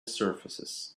surfaces